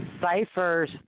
ciphers